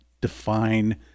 define